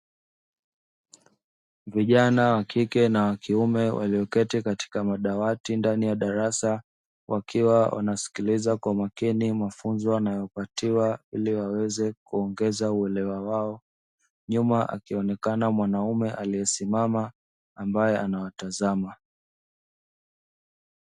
Vijana wa kike na kiume walioketi katika madawati ndani ya darasa wakiwa wanasikiliza kwa makini mafunzo yanayopatiwa, ili waweze kuongeza uelewa wao nyuma akionekana mwanaume aliyesimama ambaye anawatazama.